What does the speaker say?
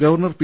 governor P